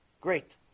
Great